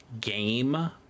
game